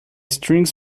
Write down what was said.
strings